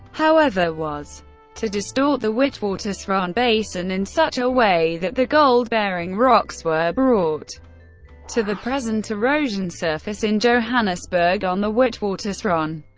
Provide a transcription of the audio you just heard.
however, was to distort the witwatersrand basin in such a way that the gold-bearing rocks were brought to the present erosion surface in johannesburg, on the witwatersrand,